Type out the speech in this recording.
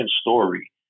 story